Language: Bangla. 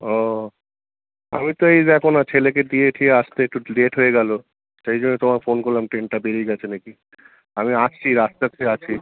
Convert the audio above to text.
ও আমি তো এই দেখো না ছেলেকে দিয়ে ঠিয়ে আসতে একটু লেট হয়ে গেল সেই জন্য তোমায় ফোন করলাম ট্রেনটা বেরিয়ে গেছে নাকি আমি আসছি রাস্তাতে আছি